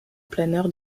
planeur